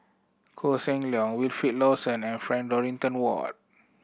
Koh Seng Leong Wilfed Lawson and Frank Dorrington Ward